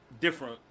different